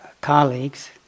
colleagues